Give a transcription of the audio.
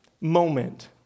moment